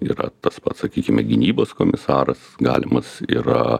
yra tas pats sakykime gynybos komisaras galimas yra